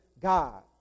God